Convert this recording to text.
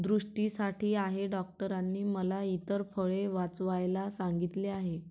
दृष्टीसाठी आहे डॉक्टरांनी मला इतर फळे वाचवायला सांगितले आहे